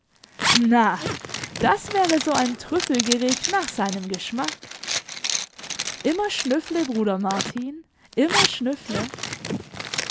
na das wäre so ein trüffelgericht nach seinem geschmack immer schnüffle bruder martin immer schnüffle